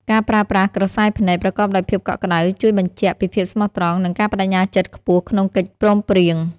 ការប្រើប្រាស់ "ក្រសែភ្នែក" ប្រកបដោយភាពកក់ក្ដៅ ជួយបញ្ជាក់ពីភាពស្មោះត្រង់ និងការប្ដេជ្ញាចិត្តខ្ពស់ក្នុងកិច្ចព្រមព្រៀង។